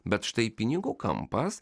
bet štai pinigų kampas